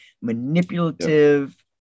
manipulative